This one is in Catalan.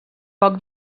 poc